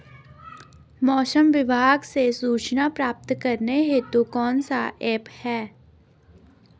मौसम विभाग से सूचना प्राप्त करने हेतु कौन सा ऐप है?